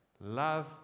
love